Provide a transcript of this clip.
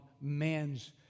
man's